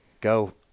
go